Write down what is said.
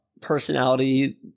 personality